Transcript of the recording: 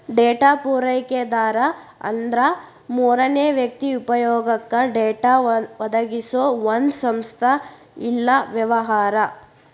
data ಪೂರೈಕೆದಾರ ಅಂದ್ರ ಮೂರನೇ ವ್ಯಕ್ತಿ ಉಪಯೊಗಕ್ಕ ಡೇಟಾ ಒದಗಿಸೊ ಒಂದ್ ಸಂಸ್ಥಾ ಇಲ್ಲಾ ವ್ಯವಹಾರ